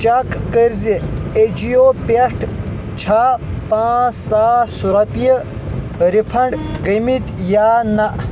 check کرۍ زِ ایجِیو پٮ۪ٹھٕ چھا پانژھ ساس رۄپیہِ رِفنڈ گٔمٕتۍ یا نَہ